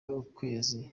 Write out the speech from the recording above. ukwezi